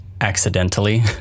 accidentally